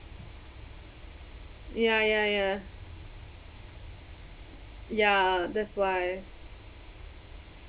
ya ya ya ya that's why